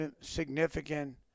significant